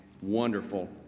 wonderful